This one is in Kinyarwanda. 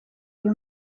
umwe